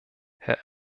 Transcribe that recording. herr